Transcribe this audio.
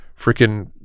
freaking